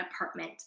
apartment